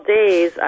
days